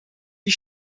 die